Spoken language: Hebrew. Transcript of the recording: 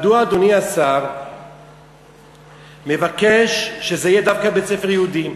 מדוע אדוני השר מבקש שזה יהיה דווקא בית-ספר יהודי?